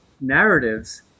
narratives